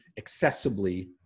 accessibly